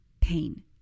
pain